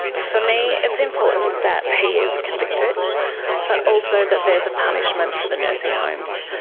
for me it's important that he is convicted but also that there's a punishment for the nursing homes.